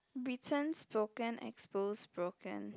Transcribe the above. Britain spoken exposed broken